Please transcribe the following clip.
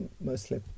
mostly